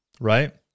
right